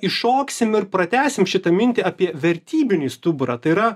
įšoksim ir pratęsim šitą mintį apie vertybinį stuburą tai yra